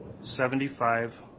seventy-five